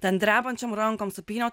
ten drebančiom rankom supyniau